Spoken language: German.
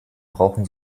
brauchen